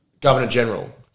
Governor-General